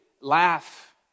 laugh